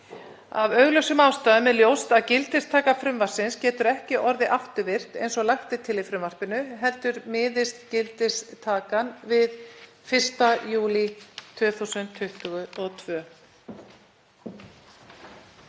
Af augljósum ástæðum er ljóst að gildistaka frumvarpsins getur ekki orðið afturvirk, eins og lagt er til í frumvarpinu, heldur miðast gildistakan við 1. júlí 2022.